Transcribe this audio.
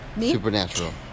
Supernatural